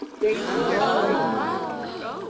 they knew their place in the culture.